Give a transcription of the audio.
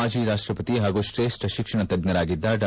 ಮಾಜಿ ರಾಷ್ಟಪತಿ ಮತ್ತು ಶ್ರೇಷ್ಠ ಶಿಕ್ಷಣ ತಜ್ಞರಾಗಿದ್ದ ಡಾ